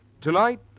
Tonight